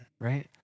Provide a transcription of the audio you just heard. right